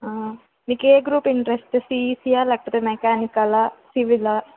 మీకు ఏ group interest సీఈసీయా లేకపోతే మెకానికలా సివిలా